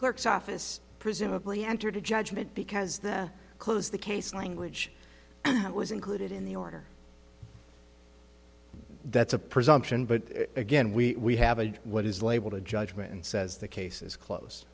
clerk's office presumably entered a judgment because the close the case language that was included in the order that's a presumption but again we have a what is labeled a judgment and says the case is close